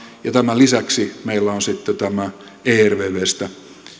ja tämän lisäksi meillä on sitten tämä ervvstä